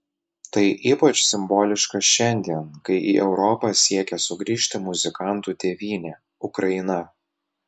tai ypač simboliška šiandien kai į europą siekia sugrįžti muzikantų tėvynė ukraina